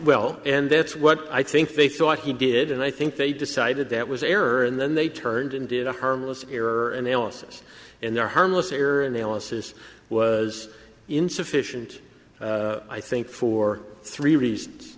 well and that's what i think they thought he did and i think they decided that was error and then they turned in did a harmless error analysis and they're harmless error analysis was insufficient i think for three reasons